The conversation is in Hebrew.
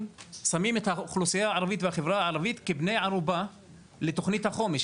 שמים את האוכלוסייה הערבית ואת החברה הערבית כבני ערובה לתוכנית החומש,